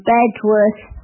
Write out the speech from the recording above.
Bedworth